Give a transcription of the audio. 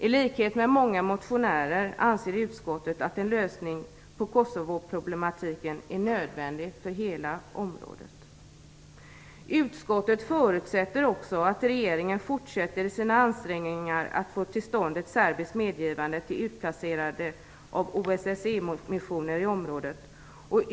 I likhet med många motionärer anser utskottet att en lösning på Kosovoproblematiken är nödvändig för hela området. Utskottet förutsätter också att regeringen fortsätter sina ansträngningar att få till stånd ett serbiskt medgivande till utplacerandet av OSSE-missioner i området.